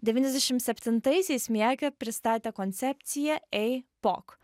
devyniasdešim septintaisiais miakė pristatė koncepciją eipok